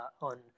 on